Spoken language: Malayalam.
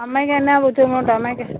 അമ്മക്ക് എന്നാ ബുദ്ധിമുട്ടാ അമ്മക്ക്